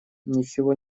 ничего